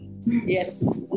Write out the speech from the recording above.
yes